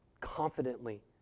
Confidently